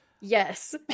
Yes